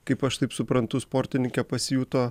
kaip aš taip suprantu sportininkė pasijuto